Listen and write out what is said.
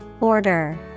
Order